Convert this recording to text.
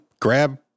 grab